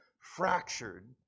fractured